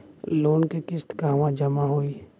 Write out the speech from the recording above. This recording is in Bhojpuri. लोन के किस्त कहवा जामा होयी?